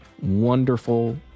wonderful